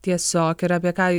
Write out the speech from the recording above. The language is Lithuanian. tiesiog ir apie ką